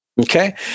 Okay